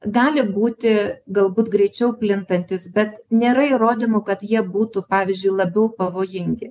gali būti galbūt greičiau plintantys bet nėra įrodymų kad jie būtų pavyzdžiui labiau pavojingi